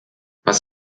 was